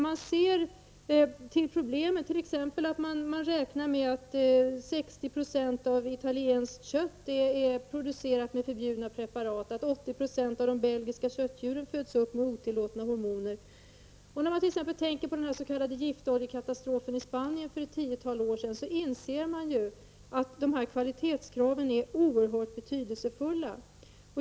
Mot bakgrund av att 60 % av italienskt kött är producerat med förbjudna preparat och att 80 % av de belgiska köttdjuren föds upp med otillåtna hormoner och när man betänker den s.k. giftoljekatastrofen i Spanien för ett tiotal år sedan, inser man att kvalitetskraven är oerhört betydelsefulla.